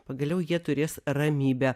pagaliau jie turės ramybę